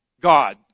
God